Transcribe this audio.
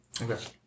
Okay